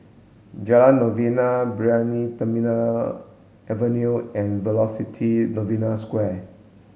Jalan Novena Brani Terminal Avenue and Velocity Novena Square